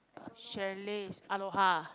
chalet aloha